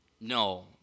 No